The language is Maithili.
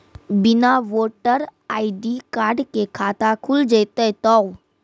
बिना वोटर आई.डी कार्ड के खाता खुल जैते तो?